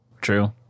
True